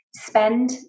spend